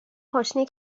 پاشنه